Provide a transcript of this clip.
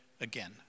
again